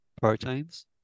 proteins